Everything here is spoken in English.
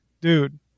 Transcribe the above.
Dude